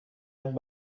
است